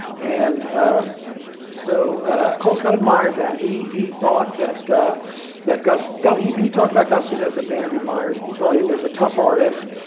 and so colescott admired that. he he thought that that guston. he but he talked about guston as a painter he admired. he thought he was a tough artist.